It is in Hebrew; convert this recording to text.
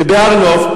ובהר-נוף,